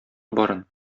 барын